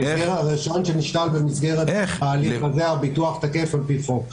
ברישיון שנשלל במסגרת ההליך הזה הביטוח תקף על פי חוק.